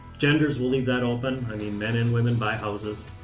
genders, we'll leave that open. i mean, men and women buy houses.